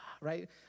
Right